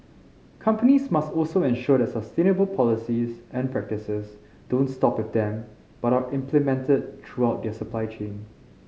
companies must also ensure that sustainable policies and practices don't stop with them but are implemented throughout their supply chain